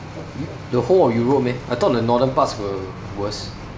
the whole of europe meh I thought the northern parts were worse